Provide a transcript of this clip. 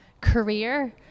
career